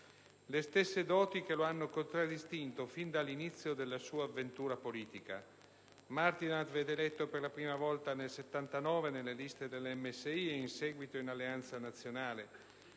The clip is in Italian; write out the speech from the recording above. le stesse doti che lo hanno contraddistinto fin dall'inizio della sua avventura politica. Martinat venne eletto per la prima volta nel 1979 nelle liste del Movimento Sociale Italiano ed in seguito in Alleanza Nazionale.